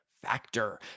factor